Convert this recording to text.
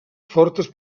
fortes